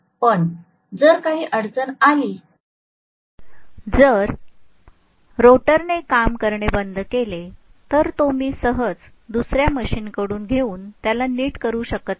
पण जर काही अडचण आली जर रोटरने काम करणे बंद केले तर तो मी सहज दुसऱ्या मशीन कडून घेऊन त्याला नीट करू शकत नाही